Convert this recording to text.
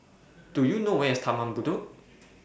Do YOU know Where IS Taman Bedok